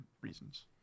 reasons